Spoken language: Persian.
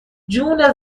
جون